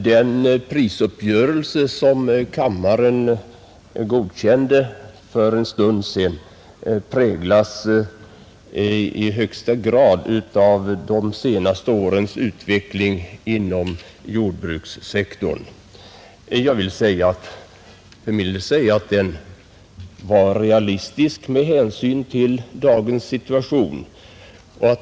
Herr talman! Den prisuppgörelse som kammaren godkände för en stund sedan präglas i högsta grad av de senaste årens utveckling inom jordbrukssektorn, Jag vill för min del säga att den var realistisk med hänsyn till dagens situation.